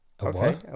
Okay